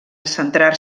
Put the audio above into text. centrar